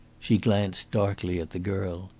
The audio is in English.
she glanced darkly at the girl.